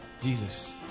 Jesus